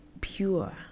pure